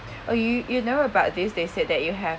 oh you you know about this they said that you have